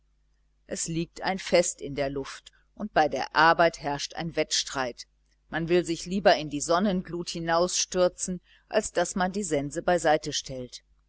es liegt ein fest in der luft und bei der arbeit herrscht ein wettstreit man will sich lieber in die sonnenglut hinausstürzen als daß man die sense beiseite stellt